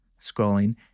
scrolling